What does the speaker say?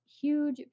huge